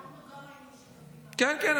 אנחנו גם היינו שותפים, כן, כן.